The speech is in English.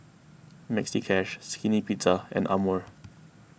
Maxi Cash Skinny Pizza and Amore